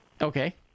okay